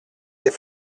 des